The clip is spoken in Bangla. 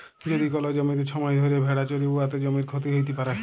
যদি কল জ্যমিতে ছময় ধ্যইরে ভেড়া চরহে উয়াতে জ্যমির ক্ষতি হ্যইতে পারে